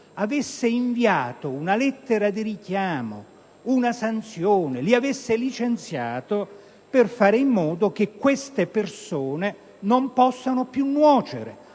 avesse inviato una lettera di richiamo, una sanzione, li avesse licenziati, per fare in modo che queste persone non possano più nuocere,